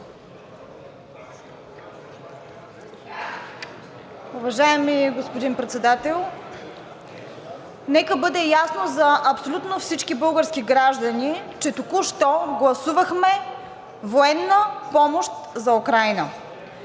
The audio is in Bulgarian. Уважаеми господин Председател! Нека бъде ясно за абсолютно всички български граждани, че току-що гласувахме военна помощ за Украйна,